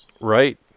Right